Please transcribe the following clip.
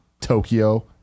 Tokyo